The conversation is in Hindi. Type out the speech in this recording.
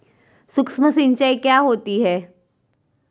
सुक्ष्म सिंचाई क्या होती है?